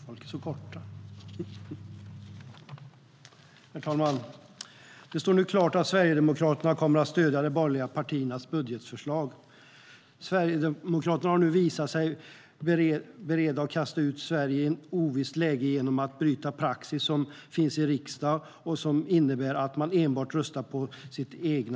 STYLEREF Kantrubrik \* MERGEFORMAT Utgiftsramar och